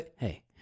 hey